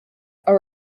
are